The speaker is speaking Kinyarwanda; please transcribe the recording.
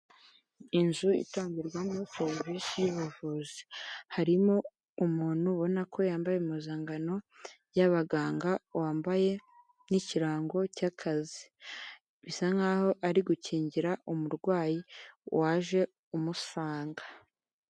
Inzu itangirwamo serivisi y'ubuvuzi, harimo umuntu ubona ko yambaye impuzankano y'abaganga, wambaye n'ikirango cy'akazi bisa nkaho ari gukingira umurwayi waje umusanga.